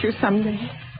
someday